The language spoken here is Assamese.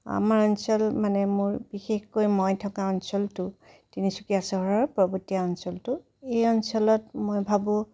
আমাৰ অঞ্চল মানে মোৰ বিশেষকৈ মই থকা অঞ্চলটো তিনিচুকীয়া চহৰৰ পৰ্বতীয়া অঞ্চলটো এই অঞ্চলত মই ভাবোঁ